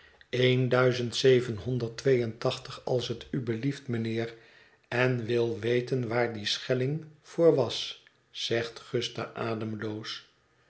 een duizend zevenhonderd twee en tachtig als t u belieft mijnheer en wil weten waar die schelling voor was zegt gusta ademloos